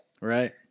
right